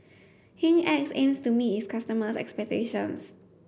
Hygin X aims to meet its customers' expectations